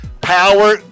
power